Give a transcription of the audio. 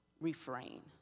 refrain